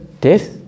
death